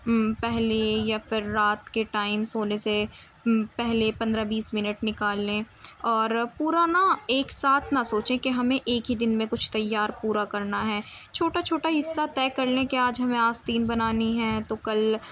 پہلے یا پھر رات کے ٹائم سونے سے پہلے پندرہ بیس منٹ نکال لیں اور پورا نا ایک ساتھ نہ سوچیں کہ ہمیں ایک ہی دن میں کچھ تیار پورا کرنا ہے چھوٹا چھوٹا حصہ طے کر لیں کہ آج ہمیں آستین بنانی ہے تو کل